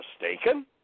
mistaken